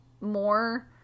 more